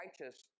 righteous